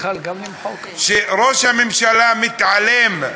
כשראש הממשלה מתעלם,